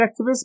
activist